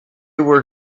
were